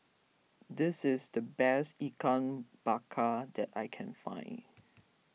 this is the best Ikan Bakar that I can find